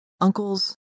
uncles